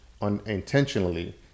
unintentionally